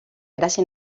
gràcia